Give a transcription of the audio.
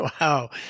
Wow